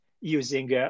using